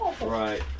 Right